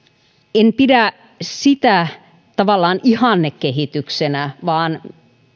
en pidä sitä tavallaan ihannekehityksenä vaan